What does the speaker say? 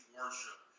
worship